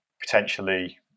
potentially